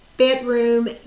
Bedroom